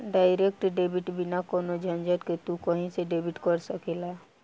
direct debit बिना कवनो झंझट के तू कही से डेबिट कर सकेला